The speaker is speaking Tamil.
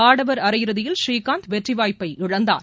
ஆடவர் அரையிறுதியில் ஸ்ரீகாந்த் வெற்றி வாய்ப்பை இழந்தார்